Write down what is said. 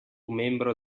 membro